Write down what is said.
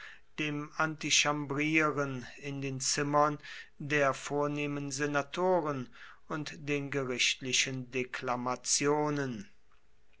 dem antichambrieren in den zimmern der vornehmen senatoren und den gerichtlichen deklamationen